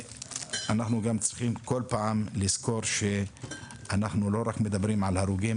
אנחנו גם צריכים לזכור כל פעם שאנחנו לא רק מדברים על הרוגים